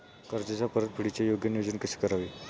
कर्जाच्या परतफेडीचे योग्य नियोजन कसे करावे?